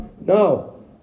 No